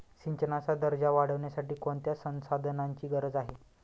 सिंचनाचा दर्जा वाढविण्यासाठी कोणत्या संसाधनांची गरज आहे?